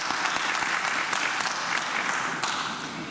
(מחיאות כפיים)